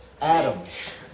Adams